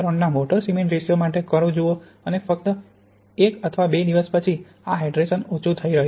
3 ના water cement ratio માટે curve જુઓ અને ફક્ત 1 અથવા 2 દિવસ પછી આ હાઇડ્રેશન ઓછું થઈ રહ્યું છે